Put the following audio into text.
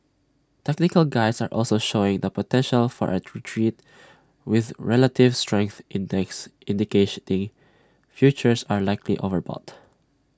technical Guides are also showing the potential for A retreat with relative strength index futures are likely overbought